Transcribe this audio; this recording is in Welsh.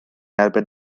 erbyn